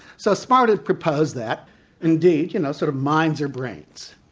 so smart had proposed that indeed you know, sort of minds are brains.